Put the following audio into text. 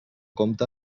compte